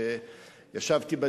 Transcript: יושב-ראש,